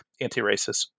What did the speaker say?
anti-racist